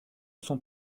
son